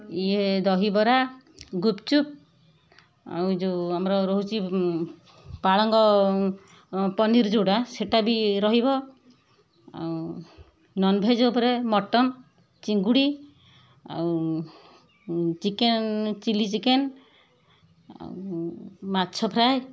ଇଏ ଦହିବରା ଗୁପ୍ଚୁପ୍ ଆଉ ଯେଉଁ ଆମର ରହୁଛି ପାଳଙ୍ଗ ପନିର ଯେଉଁଟା ସେଇଟା ବି ରହିବ ଆଉ ନନ୍ଭେଜ୍ ଉପରେ ମଟନ୍ ଚିଙ୍ଗୁଡ଼ି ଆଉ ଚିକେନ୍ ଚିଲ୍ଲୀ ଚିକେନ୍ ଆଉ ମାଛ ଫ୍ରାଏ